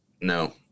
No